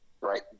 right